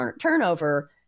turnover